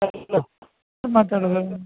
hello ಮಾತಾಡೋದು